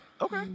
Okay